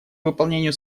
выполнению